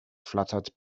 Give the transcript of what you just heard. fluttered